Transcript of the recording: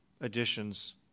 additions